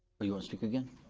but you wanna speak again?